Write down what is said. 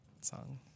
song